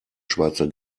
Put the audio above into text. schweizer